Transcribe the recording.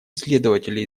исследователи